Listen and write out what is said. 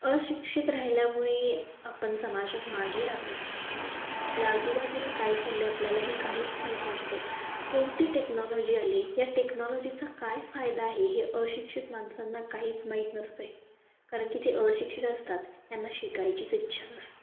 अशिक्षित राहिल्यामुळे आपण समाजात मागे राहतो आपल्या आजूबाजूला काय चालले आपल्याला हे काहीच माहीत नसतं आहे कोणती टेक्नॉलॉजी आली या टेक्नॉलॉजीचा काय फायदा आहे हे अशिक्षित मानसांना काहीच माहीत नसतं आहे कारण की ते अशिक्षित असतात त्यांना शिकायचीच इच्छा नसते